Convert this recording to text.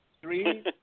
Three